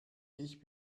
ich